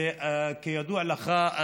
וכידוע לך,